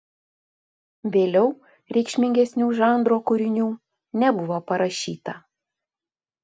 vėliau reikšmingesnių žanro kūrinių nebuvo parašyta